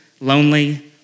lonely